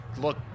look